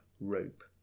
rope